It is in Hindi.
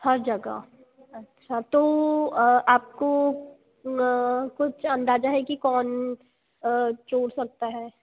हर जगह अच्छा तो आपको कुछ अंदाजा है कि कौन चोड़ सकता है